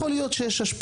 יכול להיות השפעות.